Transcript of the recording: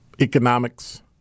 economics